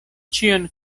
ĉion